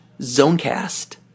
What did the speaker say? Zonecast